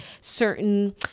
certain